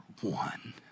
one